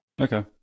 Okay